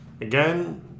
again